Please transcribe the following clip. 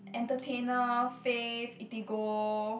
Entertainer Fave Eatigo